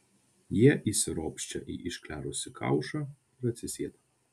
jie įsiropščia į išklerusį kaušą ir atsisėda